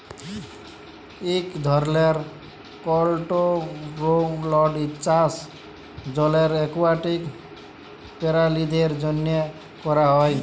ইক ধরলের কলটোরোলড চাষ জলের একুয়াটিক পেরালিদের জ্যনহে ক্যরা হ্যয়